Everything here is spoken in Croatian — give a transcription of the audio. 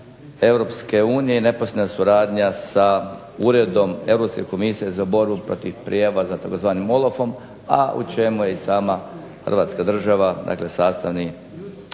Europske unije i neposredna suradnja sa Uredom Europske komisije za borbu protiv prijevara sa tzv. OLAF-om a u čemu je i sama Hrvatska država, dakle sastavni